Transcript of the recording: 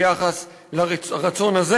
ביחס לרצון הזה.